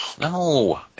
No